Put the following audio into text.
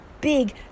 big